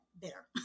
bitter